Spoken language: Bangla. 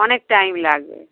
অনেক টাইম লাগবে